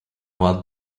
what